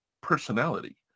personality